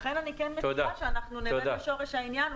לכן אני כן מצפה שנרד לשורש העניין,